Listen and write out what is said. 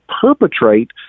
perpetrate